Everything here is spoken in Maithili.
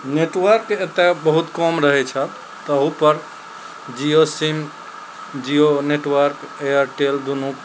नेटवर्क एतऽ बहुत कम रहय छै तहूपर जीओ सिम जीओ नेटवर्क एयरटेल दुनू